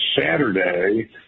Saturday